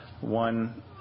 one